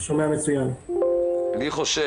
ואין חולקין.